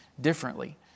differently